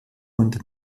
und